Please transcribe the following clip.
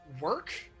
work